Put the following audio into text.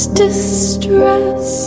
distress